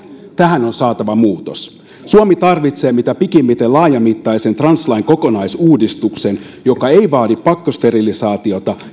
tähän on saatava muutos suomi tarvitsee mitä pikimmiten laajamittaisen translain kokonaisuudistuksen joka ei vaadi pakkosterilisaatiota